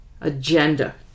agenda